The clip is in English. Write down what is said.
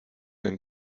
and